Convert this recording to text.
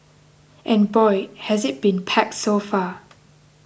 and boy has it been packed so far